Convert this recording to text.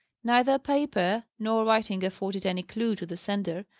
neither paper nor writing afforded any clue to the sender,